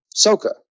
Soka